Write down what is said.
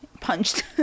punched